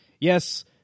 yes